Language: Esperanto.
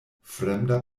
fremda